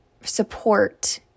support